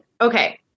okay